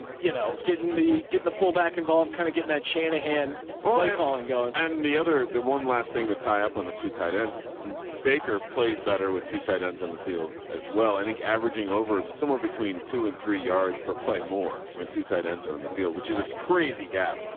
you know, getting the, getting the full back involved, kind of getting that shanahan play, calling going. and the other, the one last thing that tie up on the two tight ends is baker plays better with two tight ends in and the field as well. i think averaging over somewhere between two and three yards per play more when two tight ends are in the field, which is a crazy gap.